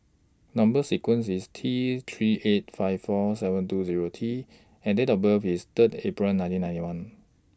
Number sequence IS T three eight five four seven two Zero T and Date of birth IS Third April nineteen ninety one